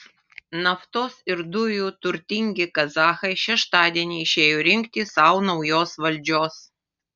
naftos ir dujų turtingi kazachai šeštadienį išėjo rinkti sau naujos valdžios